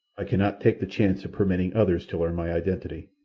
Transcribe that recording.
i cannot take the chance of permitting others to learn my identity.